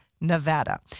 Nevada